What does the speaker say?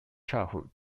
childhood